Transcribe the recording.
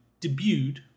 debuted